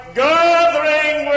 gathering